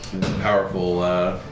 powerful